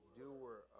doer